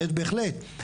בהחלט.